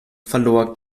verlor